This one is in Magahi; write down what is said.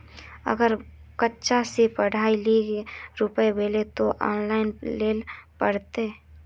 अगर बच्चा के पढ़ाई के लिये रुपया लेबे ते ऑनलाइन लेल पड़ते?